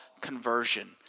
conversion